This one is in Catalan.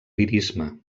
lirisme